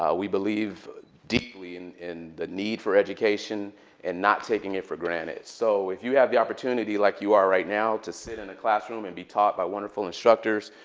we believe deeply and in the need for education and not taking it for granted. so if you have the opportunity, like you are right now, to sit in a classroom and be taught by wonderful instructors,